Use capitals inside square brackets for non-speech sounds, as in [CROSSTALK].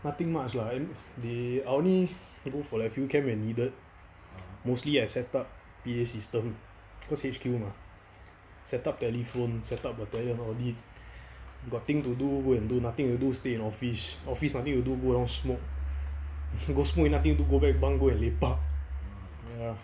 nothing much lah then they I only go for like field camp when needed mostly I set up P_A system cause H_Q mah set up telephone set up the panel a lift got thing then do nothing to do stay in office office nothing to do go out smoke [LAUGHS] go smoke nothing to do go back bunk lepak ya